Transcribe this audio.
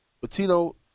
Patino